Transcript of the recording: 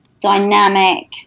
dynamic